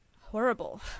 horrible